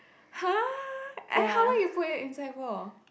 !huh! like how long you put it inside for